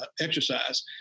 exercise